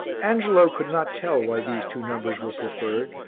angelo could not tell why these two numbers were preferred,